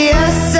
Yes